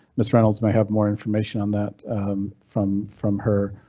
ms reynolds may have more information on that from from her.